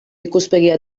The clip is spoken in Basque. ikuspegia